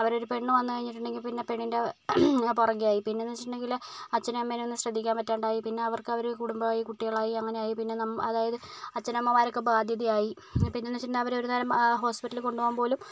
അവിടെ ഒരു പെണ്ണ് വന്നിട്ടുണ്ടേൽ പിന്നെ പെണ്ണിൻ്റെ പുറകെ ആയി പിന്നെ എന്ന് വെച്ചിട്ടുണ്ടെങ്കില് അച്ഛനെയും അമ്മേനെയും ശ്രദ്ധിക്കാൻ പറ്റാണ്ടായി പിന്നെ അവർക്ക് അവരുടെ കുടുംബമായി കുട്ടികളായി അങ്ങനെയായി അതായത് അച്ഛൻ അമ്മമാർ ഒക്കെ ബാധ്യതയായി പിന്നെ എന്ന് വച്ചിട്ടുണ്ടേൽ അവരെ ഒരു നേരം ഹോസ്പിറ്റലിൽ കൊണ്ട് പോകാൻ പോലും